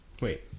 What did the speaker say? Wait